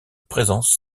présence